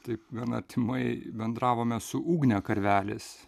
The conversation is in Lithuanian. taip gana artimai bendravome su ugne karvelis